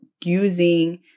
using